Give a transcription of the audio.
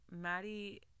Maddie